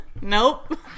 Nope